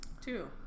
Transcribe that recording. Two